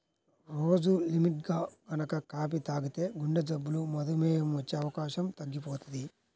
రోజూ లిమిట్గా గనక కాపీ తాగితే గుండెజబ్బులు, మధుమేహం వచ్చే అవకాశం తగ్గిపోతది